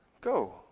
Go